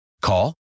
Call